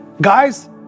Guys